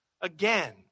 again